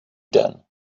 den